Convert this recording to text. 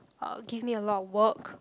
uh give me a lot of work